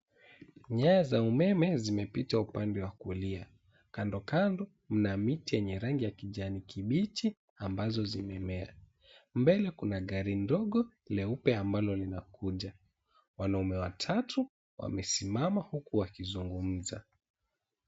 Nyaya za umeme zimepita upande wa kulia. Kandokando mna miti yenye rangi ya kijani kibichi, ambazo zimemea. Mbele kuna gari ndogo, leupe ambalo linakuja. Wanaume watatu wamesimama huku wakizungumza.